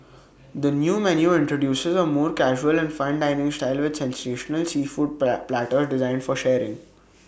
the new menu introduces A more casual and fun dining style with sensational seafood platters designed for sharing